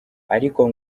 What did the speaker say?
ariko